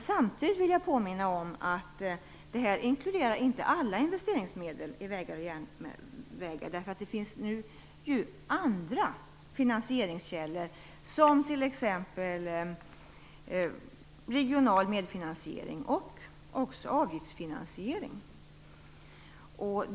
Samtidigt vill jag påminna om att detta inte inkluderar alla medel som investeras i vägar och järnvägar. Det finns andra finansieringskällor, som t.ex. regional medfinansiering och även avgiftsfinansiering.